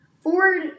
Ford